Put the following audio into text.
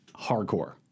hardcore